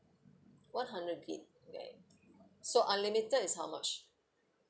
one hundred gig okay so unlimited is how much